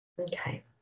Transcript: Okay